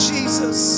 Jesus